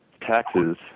taxes